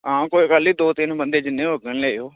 हां कोई गल्ल निं दो तिन्न बंदे जिन्ने बी होङन लेई आएओ